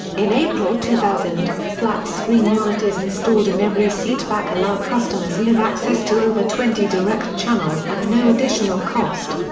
in april two thousand, flat-screen monitors installed in every seatback allow customers live access to over twenty directv channels at no additional cost.